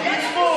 גינזבורג,